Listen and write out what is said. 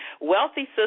Wealthy